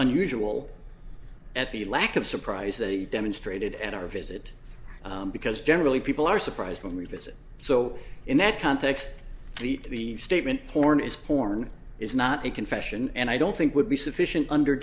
unusual at the lack of surprise that he demonstrated at our visit because generally people are surprised when we visit so in that context the statement porn is porn is not a confession and i don't think would be sufficient under